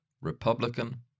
Republican